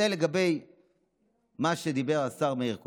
זה לגבי מה שדיבר השר מאיר כהן.